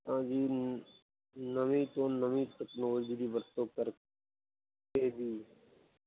ਹਾਂਜੀ ਨਵੀਂ ਤੋਂ ਨਵੀਂ ਤਕਨੋਲੋਜੀ ਦੀ ਵਰਤੋਂ ਕਰ ਕੇ ਵੀ